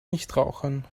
nichtrauchern